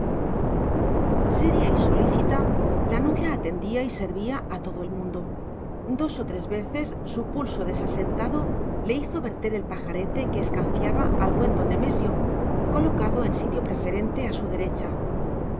seria y solícita la novia atendía y servía a todo el mundo dos o tres veces su pulso desasentado le hizo verter el pajarete que escanciaba al buen don nemesio colocado en sitio preferente a su derecha